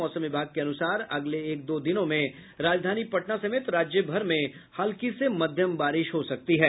मौसम विभाग के अनुसार अगले एक दो दिनों में राजधानी पटना समेत राज्य भर में हल्की से मध्यम बारिश हो सकती है